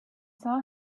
saw